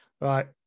Right